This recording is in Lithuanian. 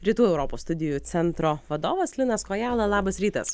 rytų europos studijų centro vadovas linas kojala labas rytas